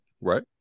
right